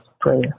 prayer